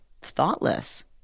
thoughtless